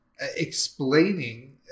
explaining